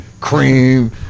Cream